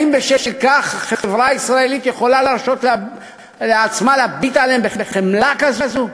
האם בשל כך החברה הישראלית יכולה להרשות לעצמה להביט עליהם בחמלה כזו?